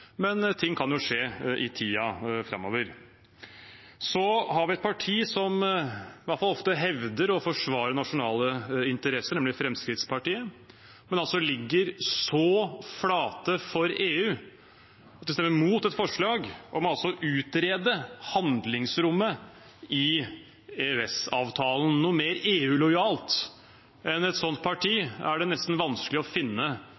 Men ting kan jo skje i tiden framover. Så har vi et parti som ofte i hvert fall hevder å forsvare nasjonale interesser, nemlig Fremskrittspartiet, men som altså ligger så flate for EU at de stemmer mot et forslag om å utrede handlingsrommet i EØS-avtalen. Noe mer EU-lojalt enn et sånt parti er det nesten vanskelig å finne